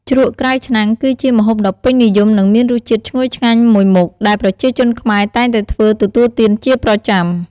ជ្រក់ក្រៅឆ្នាំងគឺជាម្ហូបដ៏ពេញនិយម និងមានរសជាតិឈ្ងុយឆ្ងាញ់មួយមុខ ដែលប្រជាជនខ្មែរតែងតែធ្វើទទួលទានជាប្រចាំ។